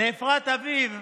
לאפרת אביב,